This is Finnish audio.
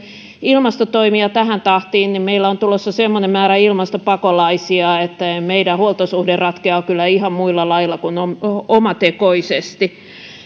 ilmastotoimia tähän tahtiin niin meille on tulossa semmoinen määrä ilmastopakolaisia että meidän huoltosuhde ratkeaa kyllä ihan muulla lailla kuin omatekoisesti